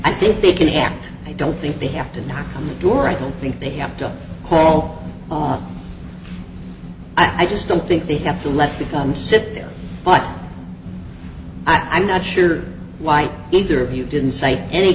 i think they can act i don't think they have to knock on the door i don't think they have to call i just don't think they have to let the come sit there but i'm not sure why either of you didn't